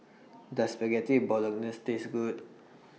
Does Spaghetti Bolognese Taste Good